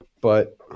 but-